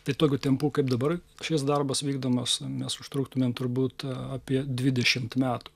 tai tokiu tempu kaip dabar šis darbas vykdomas mes užtruktumėm turbūt apie dvidešimt metų